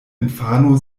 infano